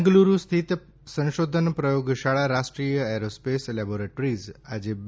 બેંગલુરૂ સ્થિત સંશોધન પ્રથોગશાળા રાષ્ટ્રીય એરોસ્પેસ લેબોરેટરીઝ આજે બે